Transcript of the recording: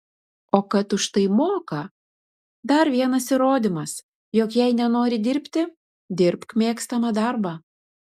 o kad už tai moka dar vienas įrodymas jog jei nenori dirbti dirbk mėgstamą darbą